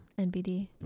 nbd